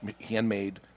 handmade